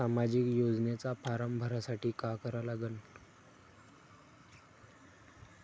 सामाजिक योजनेचा फारम भरासाठी का करा लागन?